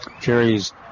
Jerry's